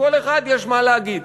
לכל אחד יש מה להגיד,